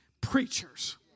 preachers